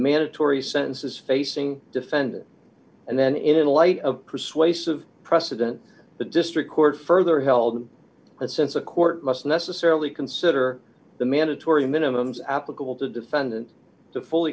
mandatory sentence is facing defendant and then in light of persuasive precedent the district court further held in a sense a court must necessarily consider the mandatory minimums applicable to defendant to fully